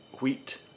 wheat